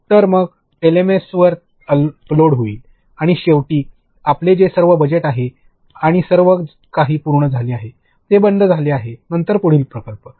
तर मग ते एलएमएस वर अपलोड होईल आणि शेवटी जे आपले सर्व बजेट आहे आणि सर्व काही पूर्ण झाले आहे ते बंद झाले आहे नंतर पुढील प्रकल्प